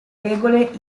regole